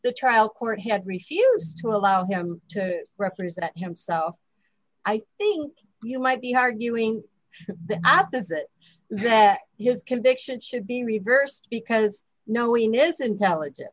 the trial court had refused to allow him to represent himself i think you might be hard ewing the opposite that his conviction should be reversed because knowing is intelligent